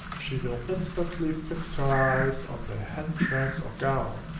she will instantly fix her eyes on the head-dress or gown,